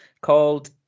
called